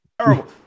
terrible